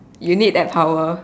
you need that power